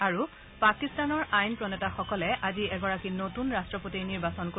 আৰু পাকিস্তানৰ আইনপ্ৰণেতাসকলে আজি এগৰাকী নতুন ৰাষ্ট্ৰপতি নিৰ্বাচিত কৰিব